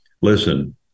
listen